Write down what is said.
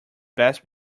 best